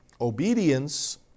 obedience